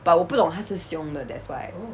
but 我不懂它是很凶的 that's why